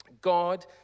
God